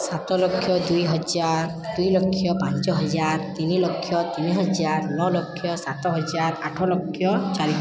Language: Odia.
ସାତ ଲକ୍ଷ ଦୁଇ ହଜାର ଦୁଇ ଲକ୍ଷ ପାଞ୍ଚ ହଜାର ତିନିି ଲକ୍ଷ ତିନି ହଜାର ନଅ ଲକ୍ଷ ସାତ ହଜାର ଆଠ ଲକ୍ଷ ଚାରି